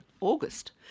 August